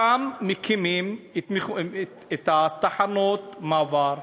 שם מקימים את תחנות המעבר,